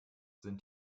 sind